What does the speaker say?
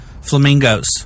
Flamingos